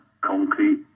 concrete